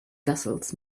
vessels